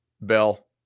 Bell